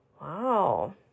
Wow